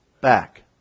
back